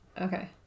Okay